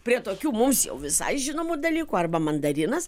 prie tokių mums jau visai žinomų dalykų arba mandarinas